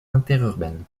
interurbaine